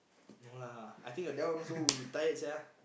no lah I think that one also will tired sia